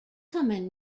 common